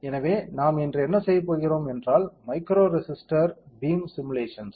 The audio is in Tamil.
எனவே நாம் இன்று என்ன செய்யப் போகிறோம் என்றால் மைக்ரோ ரெசிஸ்டர் பீம் சிமுலேஷன்ஸ்